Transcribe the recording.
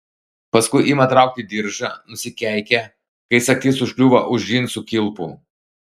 paskui ima traukti diržą nusikeikia kai sagtis užkliūva už džinsų kilpų